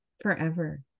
Forever